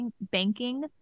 banking